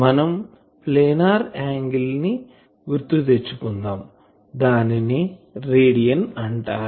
మనం planar angle ని గుర్తు తెచ్చుకుందాం దానినే రేడియన్ అంటారు